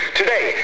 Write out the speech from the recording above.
Today